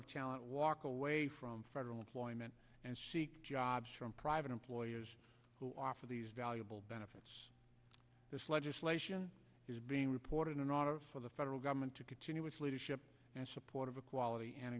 of talent walk away from federal employment and seek jobs from private employers who offer these valuable benefits this legislation is being reported in order for the federal government to continue its leadership and support of equality and